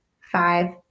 five